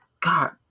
god